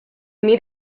meet